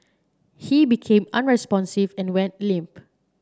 he became unresponsive and went limp